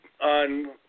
on